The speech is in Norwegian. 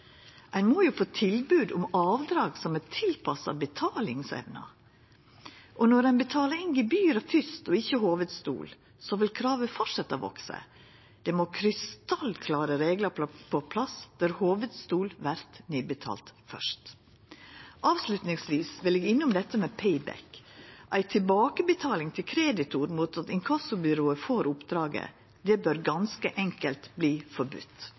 Ein må jo få tilbod om avdrag som er tilpassa betalingsevna. Og når ein betalar inn gebyret fyrst og ikkje hovudstol, vil kravet fortsetja å veksa. Det må krystallklare reglar på plass for at hovudstol vert nedbetalt fyrst. Avslutningsvis vil eg innom dette med «pay back»: Ei tilbakebetaling til kreditoren mot at inkassobyrået får oppdraget, bør ganske enkelt